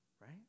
right